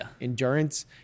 endurance